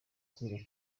bukomeje